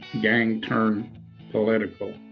gang-turned-political